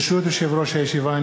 ברשות יושב-ראש הישיבה,